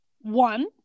One